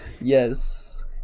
yes